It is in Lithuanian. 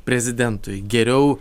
prezidentui geriau